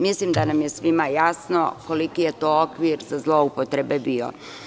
Mislim da nam je svima jasno koliki je to okvir za zloupotrebe bio.